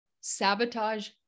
sabotage